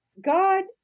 God